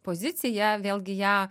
poziciją vėlgi ją